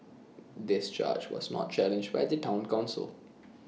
this charge was not challenged by the Town Council